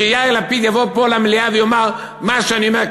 שיאיר לפיד יבוא פה למליאה ויאמר: מה שאני אומר,